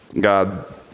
God